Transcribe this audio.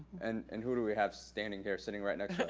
and and who do we have standing here, sitting right next